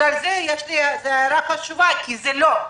זו הערה חשובה, כי זה לא.